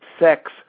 sex